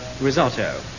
Risotto